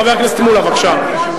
חבר הכנסת מולה, בבקשה.